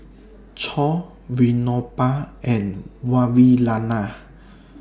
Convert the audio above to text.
Choor Vinoba and Vavilala